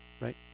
right